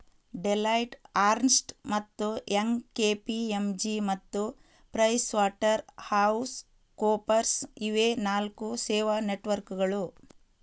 Deloitte, Ernst ಮತ್ತು Young, KPMG ಮತ್ತು PricewaterhouseCoopers ಇವೇ ಆ ನಾಲ್ಕು ಸೇವಾ ನೆಟ್ವರ್ಕ್ಕುಗಳು